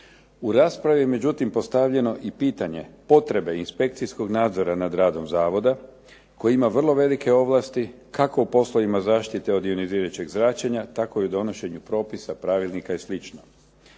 U raspravi je međutim postavljeno i pitanje potrebe inspekcijskog nadzora nad radom zavoda koji ima vrlo velike ovlasti kako u poslovima zaštite od ionizirajućeg zračenja tako i u donošenju propisa, pravilnika i